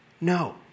No